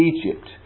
Egypt